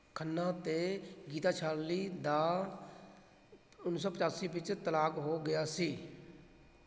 ਖੰਨਾ ਅਤੇ ਗੀਤਾਸ਼ਾਲੀ ਦਾ ਉੱਨੀ ਸੌ ਪਚਾਸੀ ਵਿੱਚ ਤਲਾਕ ਹੋ ਗਿਆ ਸੀ